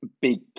big